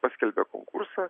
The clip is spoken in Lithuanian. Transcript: paskelbia konkursą